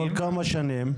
כל כמה שנים?